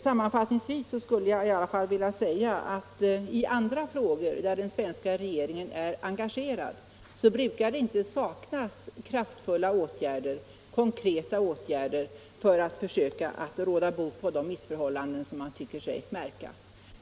Sammanfattningsvis skulle jag vilja säga att i andra frågor där den svenska regeringen är engagerad brukar det inte saknas kraftfulla konkreta åtgärder för att försöka råda bot på de missförhållanden som man tycker sig märka.